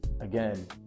again